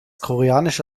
koreanische